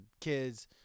kids